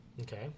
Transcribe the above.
okay